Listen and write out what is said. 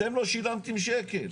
אתם לא שילמתם שקל.